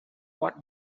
what